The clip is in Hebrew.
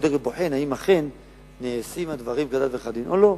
ומצד שני אתה בודק ובוחן אם אכן נעשים הדברים כדת וכדין או לא.